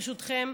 ברשותכם,